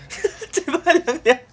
嘴巴凉凉